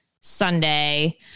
Sunday